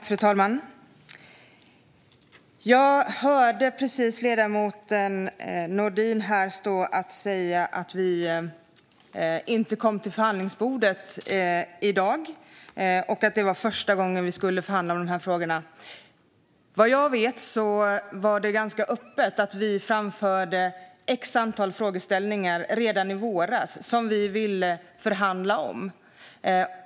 Fru talman! Jag hörde precis ledamoten Nordin säga att vi inte kom till förhandlingsbordet i dag och att det var första gången vi skulle förhandla om frågorna. Vad jag vet var det ganska öppet att vi förde fram ett antal frågor redan i våras som vi ville förhandla om.